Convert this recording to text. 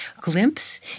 glimpse